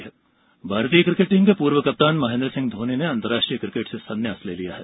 cricket भारतीय cricket team के पूर्व कप्तान महेन्द्र सिंह धोनी ने अंतर्राष्ट्रीय क्रिकेट से संन्यास ले लिया है